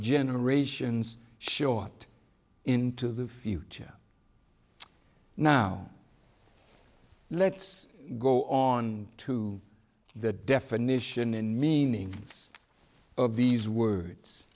generations short into the future now let's go on to the definition and meaning of these words